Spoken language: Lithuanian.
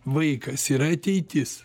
vaikas yra ateitis